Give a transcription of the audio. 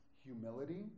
humility